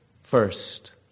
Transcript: first